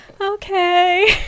okay